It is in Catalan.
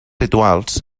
rituals